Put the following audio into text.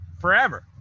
forever